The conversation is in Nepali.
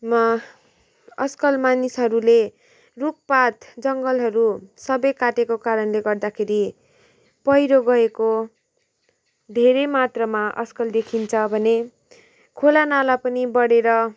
मा आजकल मानिसहरूले रुखपात जङ्गलहरू सबै काटेको कारणले गर्दाखेरि पहिरो गएको धेरै मात्रामा आजकल देखिन्छ भने खोलानाला पनि बढेर